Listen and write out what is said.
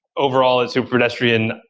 overall at superpedestrian,